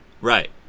Right